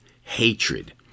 hatred